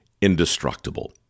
indestructible